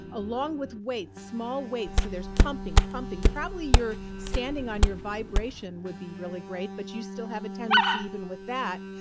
along with weights, small weights, so there's pumping, pumping probably you're standing on your vibration would be really great, but you still have a tendency even with that.